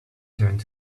turned